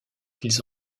qu’ils